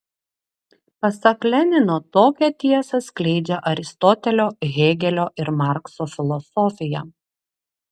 pasak lenino tokią tiesą skleidžia aristotelio hėgelio ir markso filosofija